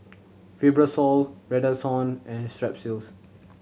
Fibrosol Redoxon and Strepsils